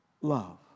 love